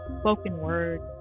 spoken-word